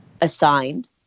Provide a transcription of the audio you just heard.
assigned